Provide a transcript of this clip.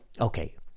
okay